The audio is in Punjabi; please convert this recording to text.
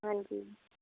ਹਾਂਜੀ